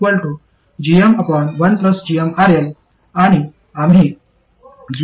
आणि आम्ही gmRL 1 निवडतो